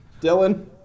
Dylan